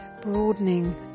broadening